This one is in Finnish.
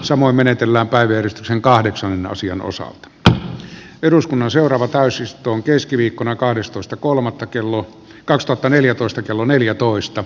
samoin menetellään päivystyksen kahdeksan asian osaa tulla eduskunnan seuraava täysistuntoon keskiviikkona kahdestoista kolmatta kello kaksitoista neljätoista kello velvollisuutensa